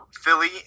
Philly